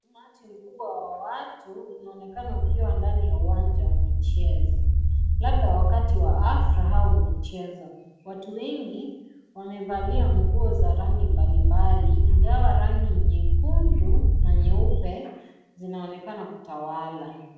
Umati mkubwa wa watu unaonekana ukiwa ndani wa uwanja wa michezo. Labda wakati wa hafla au michezo. Watu wengi wamevalia nguo za rangi mbalimbali, ingawa rangi nyekundu na nyeupe zinaonekana kutawala.